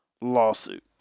lawsuit